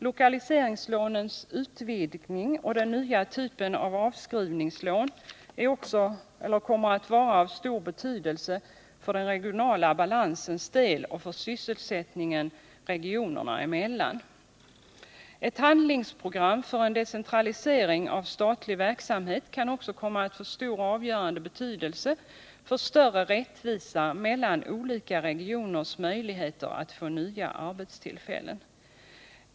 Lokaliseringslånens utvidgning och den nya typen av avskrivningslån kommer att vara av stor betydelse för den regionala balansens del och för sysselsättningen regionerna emellan. Ett handlingsprogram för en decentralisering av statlig verksamhet kan också komma att få stor och avgörande betydelse för större rättvisa mellan olika regioners möjligheter att få nya arbetstillfällen.